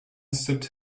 sipped